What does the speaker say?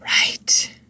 Right